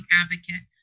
advocate